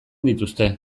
dituzte